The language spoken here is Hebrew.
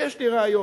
ויש לי רעיון.